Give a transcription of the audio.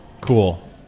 Cool